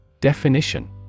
Definition